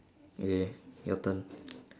okay your turn